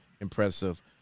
impressive